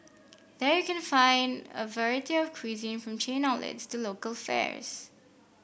there you can find a variety of cuisine from chain outlets to local fares